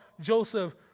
Joseph